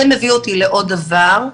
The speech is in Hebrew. זה מביא אותי לעוד דבר,